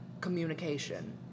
communication